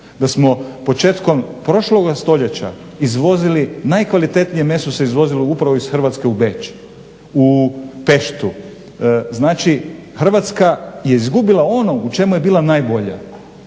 Da smo početkom prošloga stoljeća izvozili najkvalitetnije meso se izvozilo upravo iz Hrvatske u Beč, u Peštu, znači Hrvatska je izgubila ono u čemu je bila najbolja,